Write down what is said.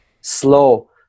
slow